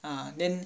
ah then